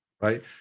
right